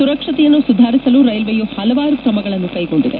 ಸುರಕ್ಷತೆಯನ್ನು ಸುಧಾರಿಸಲು ಕೈಲ್ವೆಯು ಹಲವಾರು ಕ್ರಮಗಳನ್ನು ಕೈಗೊಂಡಿದೆ